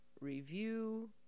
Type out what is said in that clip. review